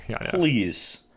Please